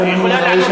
ומן הראוי,